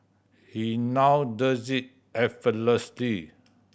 he now does it effortlessly